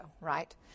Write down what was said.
right